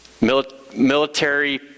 military